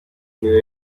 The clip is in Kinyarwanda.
niwe